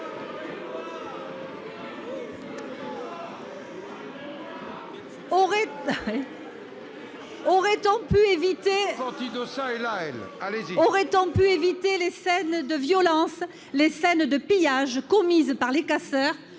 Aurait-on pu éviter les scènes de violence, les scènes de pillage provoquées par les casseurs